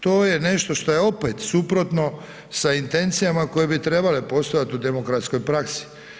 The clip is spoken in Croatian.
To je nešto šta je opet suprotno sa intencijama koje bi trebale postojati u demokratskoj praksi.